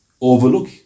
overlook